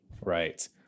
right